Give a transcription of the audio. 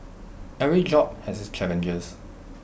every job has its challenges